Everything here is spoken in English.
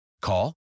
call